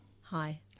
Hi